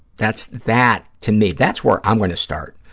that's, that, to me, that's where i'm going to start,